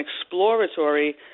exploratory